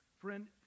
Friend